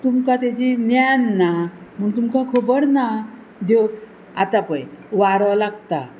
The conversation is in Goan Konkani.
तुमकां तेजी ज्ञान ना म्हूण तुमकां खबर ना देव आतां पळय वारो लागता